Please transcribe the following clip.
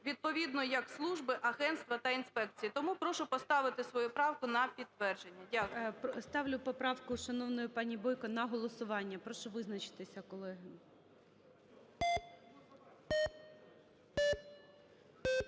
відповідно як служби, агентства та інспекції. Тому прошу поставити свою правку на підтвердження. Дякую. ГОЛОВУЮЧИЙ. Ставлю поправку шановної пані Бойко на голосування. Прошу визначитися, колеги.